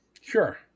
Sure